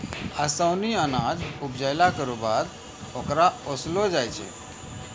ओसौनी अनाज उपजाइला केरो बाद ओकरा ओसैलो जाय छै